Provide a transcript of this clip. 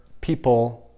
people